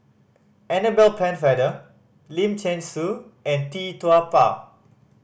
Annabel Pennefather Lim Thean Soo and Tee Tua Ba